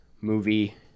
movie